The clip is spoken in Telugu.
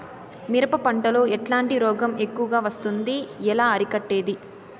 మిరప పంట లో ఎట్లాంటి రోగం ఎక్కువగా వస్తుంది? ఎలా అరికట్టేది?